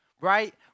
right